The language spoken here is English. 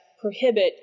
prohibit